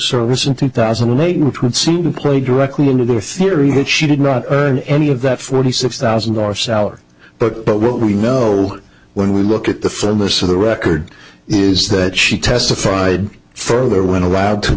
service in two thousand and eight which would seem to play directly into the theory that she did not earn any of that forty six thousand dollar salary but what we know when we look at the for most of the record is that she testified for the when allowed to